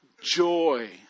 joy